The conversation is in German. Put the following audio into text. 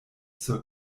zur